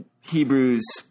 Hebrews